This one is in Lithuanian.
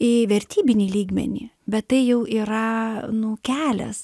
į vertybinį lygmenį bet tai jau yra nu kelias